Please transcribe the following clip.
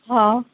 हा